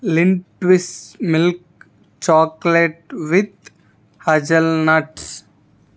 లింట్విస్ milk chocolate with hazelnuts